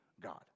God